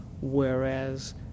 Whereas